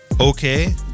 okay